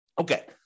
Okay